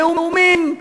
נאומים,